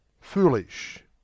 Foolish